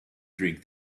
drink